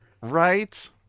Right